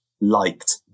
liked